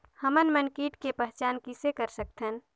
हमन मन कीट के पहचान किसे कर सकथन?